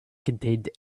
contained